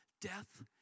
death